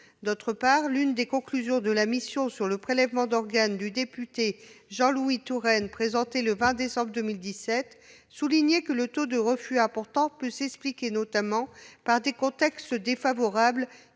ailleurs, l'une des conclusions de la mission sur le prélèvement d'organes du député Jean-Louis Touraine présentées le 20 décembre 2017 soulignait que le taux de refus important peut s'expliquer notamment par des « contextes défavorables